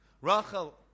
Rachel